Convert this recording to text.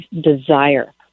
desire